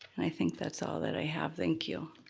i think that's all that i have, thank you.